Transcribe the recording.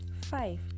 Five